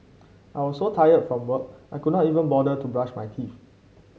I was so tired from work I could not even bother to brush my teeth